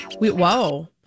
Whoa